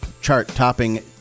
chart-topping